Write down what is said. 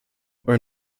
where